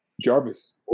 Jarvis